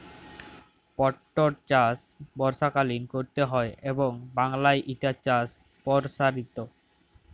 পাটটর চাষ বর্ষাকালীন ক্যরতে হয় এবং বাংলায় ইটার চাষ পরসারিত